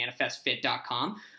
ManifestFit.com